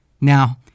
Now